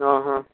हा हा